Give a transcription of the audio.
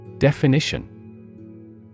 Definition